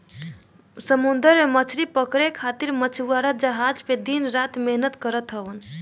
समुंदर में मछरी पकड़े खातिर मछुआरा जहाज पे दिन रात मेहनत करत हवन